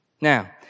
Now